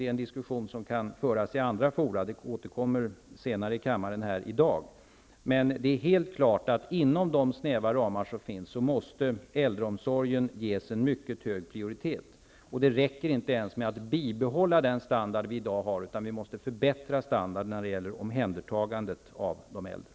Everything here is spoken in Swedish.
Det är en diskussion som kan föras i andra fora, och den återkommer senare i dag i kammaren. Men det är helt klart att inom de snäva ramar som finns måste äldreomsorgen ges en mycket hög prioritet. Det räcker inte ens med att bibehålla den standard som finns i dag, utan standarden måste förbättras när det gäller omhändertagandet av de äldre.